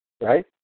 right